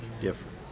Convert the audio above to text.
different